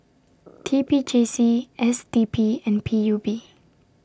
T P J C S D P and P U B